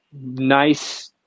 nice